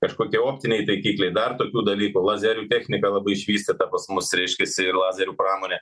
kažkokie optiniai taikikliai dar tokių dalykų lazerių technika labai išvystyta pas mus reiškiasi ir lazerių pramonė